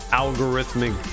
algorithmic